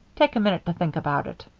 take a minute to think about it.